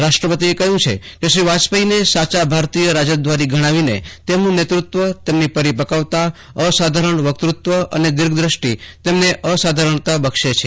રાષ્ટ્રપતિએ કહ્યું છે કે શ્રી વાજપેયીને સાચા ભારતીય રાજદ્વારી ગણાવીને તેમનું નેતૃત્વ તેમની પરીપક્વતા અસાધારણ વકત્રત્વ અને દીર્ઘ દ્રષ્ટિ તેમને અસાધારણતા બક્ષે છે